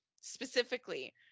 specifically